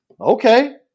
okay